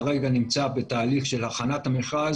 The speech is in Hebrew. שירות בתי הסוהר כרגע נמצא בתהליך של הכנת המכרז.